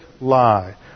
lie